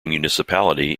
municipality